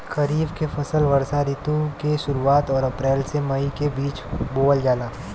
खरीफ के फसल वर्षा ऋतु के शुरुआत में अप्रैल से मई के बीच बोअल जाला